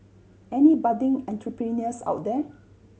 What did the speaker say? any budding entrepreneurs out there